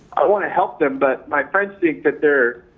i want to help them, but my friends think that they're,